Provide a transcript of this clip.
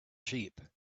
sheep